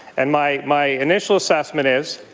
and my my initial assessment is